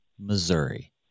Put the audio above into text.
Missouri